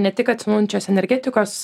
ne tik atsinaujinančios energetikos